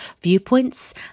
viewpoints